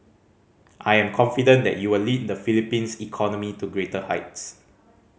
I am confident that you will lead the Philippines economy to greater heights